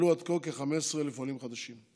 עלו עד כה כ-15,000 עולים חדשים.